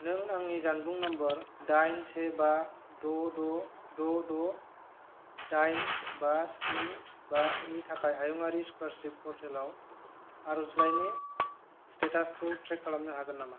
नों आंनि जानबुं नाम्बार दाइन से बा द' द' द' द' दाइन बा स्नि बा नि थाखाय हायुंआरि स्कलारशिप पर्टेलाव आरजलाइनि स्टेटासखौ ट्रेक खालामनो हागोन नामा